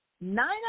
Nine